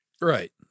Right